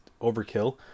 overkill